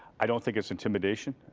i don't think it's intimidation